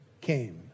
came